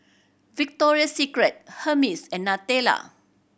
Victoria Secret Hermes and Nutella